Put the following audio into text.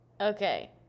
Okay